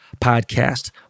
podcast